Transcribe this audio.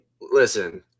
listen